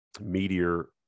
meteor